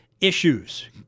issues